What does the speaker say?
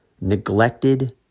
neglected